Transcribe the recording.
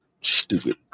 Stupid